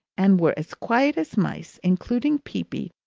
and were as quiet as mice, including peepy,